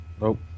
Nope